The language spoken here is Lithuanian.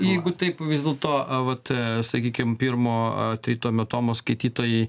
jeigu taip vis dėlto vat sakykim pirmo a tritomio tomo skaitytojai